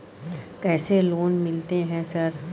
कैसे लोन मिलते है सर?